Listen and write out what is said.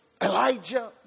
Elijah